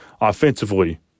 Offensively